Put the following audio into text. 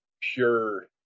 pure